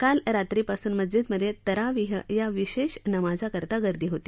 काल रात्रीपासून मस्जिदमधे तरावीह या विशेष नमाजाकरता गर्दी होती